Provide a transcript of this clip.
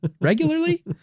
Regularly